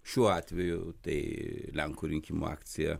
šiuo atveju tai lenkų rinkimų akcija